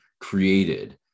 created